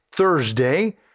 Thursday